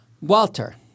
Walter